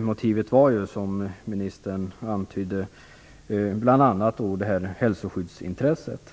Motivet var, som ministern antydde, bl.a. hälsoskyddsintresset.